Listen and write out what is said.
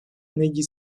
negli